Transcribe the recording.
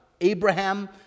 Abraham